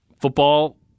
football